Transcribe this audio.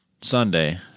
Sunday